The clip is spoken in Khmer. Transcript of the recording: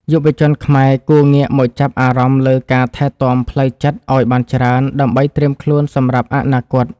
យុវជនខ្មែរគួរងាកមកចាប់អារម្មណ៍លើការថែទាំផ្លូវចិត្តឱ្យបានច្រើនដើម្បីត្រៀមខ្លួនសម្រាប់អនាគត។